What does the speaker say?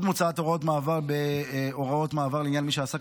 עוד מוצעות הוראות מעבר לעניין מי שעסק